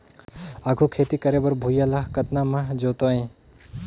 आघु खेती करे बर भुइयां ल कतना म जोतेयं?